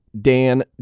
Dan